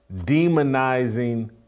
demonizing